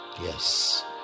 yes